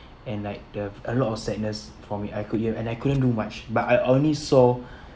and like there's a lot of sadness for me I could hear and I couldn't do much but I only saw